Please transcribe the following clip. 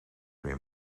meer